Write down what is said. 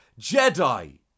Jedi